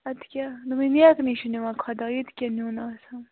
اَدٕ کیٛاہ دوٚپمے نیٚکہٕ نٕے چھُ نِوان خۄداے ییٚتہِ کیٛاہ نِیُن آسان